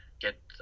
get